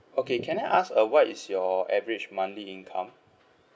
okay can I ask uh what is your average monthly income